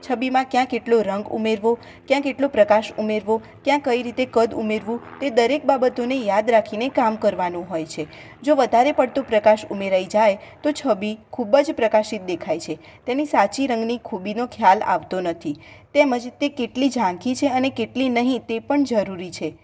છબીમાં ક્યાં કેટલો રંગ ઉમેરવો ક્યાં કેટલો પ્રકાશ ઉમેરવો ક્યાં કઈ રીતે કદ ઉમેરવું તે દરેક બાબતોને યાદ રાખીને કામ કરવાનું હોય છે જો વધારે પડતો પ્રકાશ ઉમેરાઈ જાય તો છબી ખૂબ જ પ્રકાશિત દેખાય છે તેની સાચી રંગની ખૂબીનો ખ્યાલ આવતો નથી તેમજ તે કેટલી ઝાંખી છે અને કેટલી નહિ તે પણ જરૂરી છે